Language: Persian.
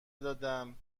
دادم